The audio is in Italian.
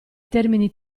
termini